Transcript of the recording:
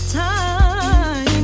time